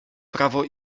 prawo